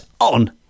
on